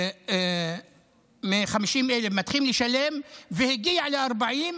מ-50,000 והגיע ל-40,000